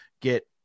get